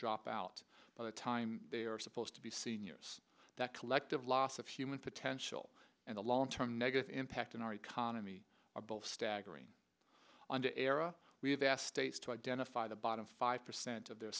drop out by the time they are supposed to be seniors that collective loss of human potential and a long term negative impact on our economy our bill staggering on the era we have asked states to identify the bottom five percent of their